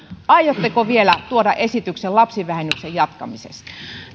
aiotteko vielä tuoda esityksen lapsivähennyksen jatkamisesta